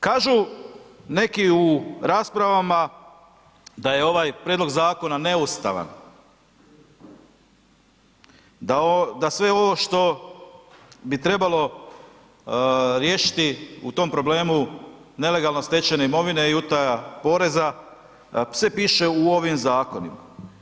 Kažu neki u raspravama da je ovaj prijedlog zakona neustavan, da sve ovo što bi trebalo riješiti u tom problemu nelegalno stečene imovine je i utaja poreza, sve piše u ovim zakonima.